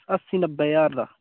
अस्सी नब्बै ज्हार दा